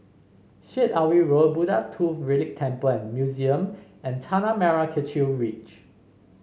Syed Alwi Road Buddha Tooth Relic Temple and Museum and Tanah Merah Kechil Ridge